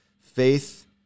Faith